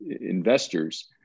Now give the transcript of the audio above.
investors